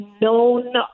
known